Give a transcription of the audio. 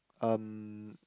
um